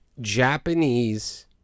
japanese